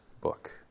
book